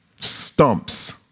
Stumps